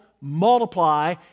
multiply